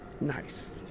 Nice